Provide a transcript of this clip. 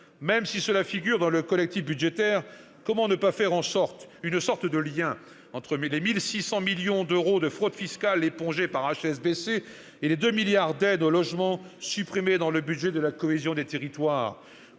Même si cela figure dans le collectif budgétaire, comment ne pas faire une sorte de lien entre les 1 600 millions d'euros de fraude fiscale épongés par HSBC et les 2 milliards d'euros d'aides au logement supprimés dans la mission « Cohésion des territoires »